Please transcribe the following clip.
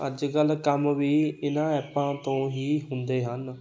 ਅੱਜ ਕੱਲ੍ਹ ਕੰਮ ਵੀ ਇਹਨਾਂ ਐਪਾਂ ਤੋਂ ਹੀ ਹੁੰਦੇ ਹਨ